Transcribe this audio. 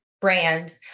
brand